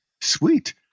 sweet